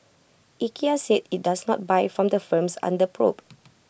Ikea said IT does not buy from the firms under probe